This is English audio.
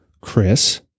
Chris